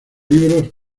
libros